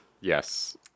Yes